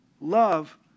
love